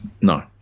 no